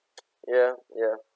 ya ya